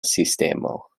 sistemo